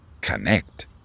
connect